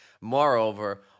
Moreover